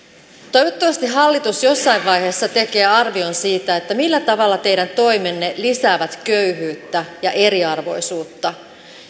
toivottavasti hallitus jossain vaiheessa tekee arvion siitä millä tavalla teidän toimenne lisäävät köyhyyttä ja eriarvoisuutta